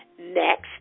Next